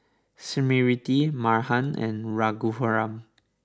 Smriti Mahan and Raghuram